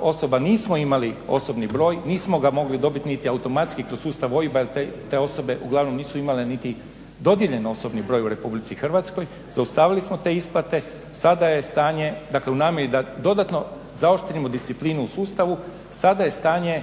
osoba nismo imali osobni broj, nismo ga mogli dobiti niti automatski kroz sustav OIB-a jel te osobe uglavnom nisu imale niti dodijeljen osobni broj u RH, zaustavili smo te isplate. Sada je stanje dakle u namjeri da dodatno zaoštrimo disciplinu u sustavu sada je stanje